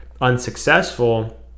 unsuccessful